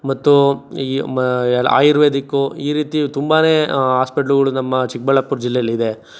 ಮತ್ತು ಈ ಮ ಆಯುರ್ವೇದಿಕು ಈ ರೀತಿ ತುಂಬನೇ ಆಸ್ಪಿಟ್ಲ್ಗಳು ನಮ್ಮ ಚಿಕ್ಕಬಳ್ಳಾಪುರ ಜಿಲ್ಲೇಲಿ ಇದೆ